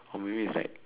or maybe it's like